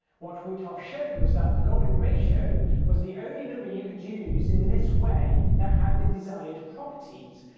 what wythoff showed was that the golden ratio was the only number you could use in this way that had the desired properties.